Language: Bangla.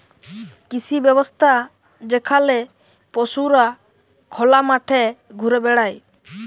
কৃষি ব্যবস্থা যেখালে পশুরা খলা মাঠে ঘুরে বেড়ায়